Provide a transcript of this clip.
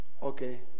Okay